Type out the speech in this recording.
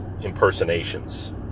impersonations